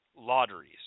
lotteries